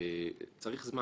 צריך זמן,